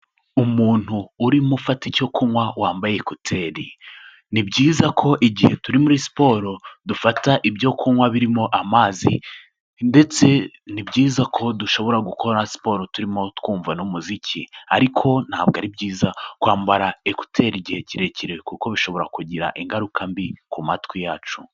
Umuntu urimo ufata icyo kunywa wambaye ekuteri, ni byiza ko igihe turi muri siporo dufata ibyo kunywa birimo amazi ndetse ni byiza ko dushobora gukora siporo turimo twumva n'umuziki. Ariko ntabwo ari byiza kwambara ekuteri igihe kirekire kuko bishobora kugira ingaruka mbi ku matwi yacu.